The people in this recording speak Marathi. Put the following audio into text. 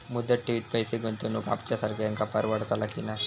मुदत ठेवीत पैसे गुंतवक आमच्यासारख्यांका परवडतला की नाय?